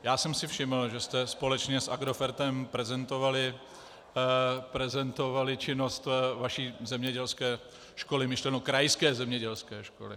Já jsem si všiml, že jste společně s Agrofertem prezentovali činnost vaší zemědělské školy, myšleno krajské zemědělské školy.